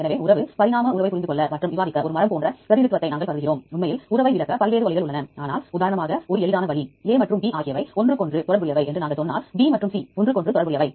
எனவே நீங்கள் ஒரு பைலை மாற்ற விரும்பினால் அல்லது நீங்கள் தெரிந்துகொள்ள விரும்பினால் அதன் விவரங்களையும் இங்கே காணலாம் அவற்றின் வன்பொருள் மற்றும் மென்பொருள் அமைப்பை நீங்கள் இங்கிருந்து பார்க்கலாம்